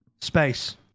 space